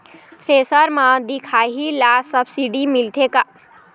Thresher म दिखाही ला सब्सिडी मिलथे का?